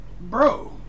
Bro